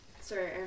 sorry